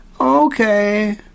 Okay